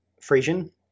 frisian